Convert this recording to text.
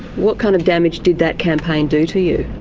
what kind of damage did that campaign do to you?